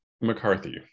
McCarthy